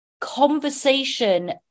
conversation